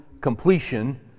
completion